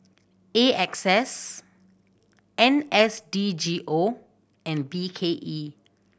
A X S N S D G O and B K E